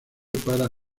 para